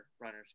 runners